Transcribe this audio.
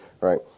right